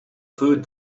food